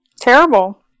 Terrible